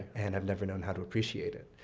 and i've never known how to appreciate it.